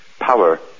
power